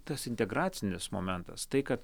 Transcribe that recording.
tas integracinis momentas tai kad